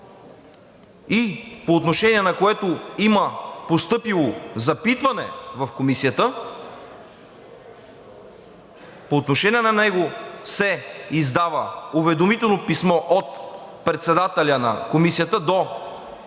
и по отношение на което има постъпило запитване в Комисията, по отношение на него се издава уведомително писмо от председателя на Комисията до съответния